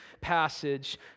passage